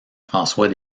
françois